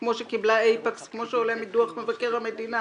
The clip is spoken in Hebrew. כמו שקיבלה אייפקס, כמו שעולה מדו"ח מבקר המדינה.